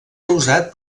causat